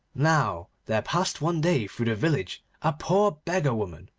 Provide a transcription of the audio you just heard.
now there passed one day through the village a poor beggar-woman.